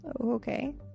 Okay